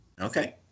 okay